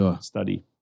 study